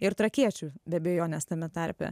ir trakiečių be abejonės tame tarpe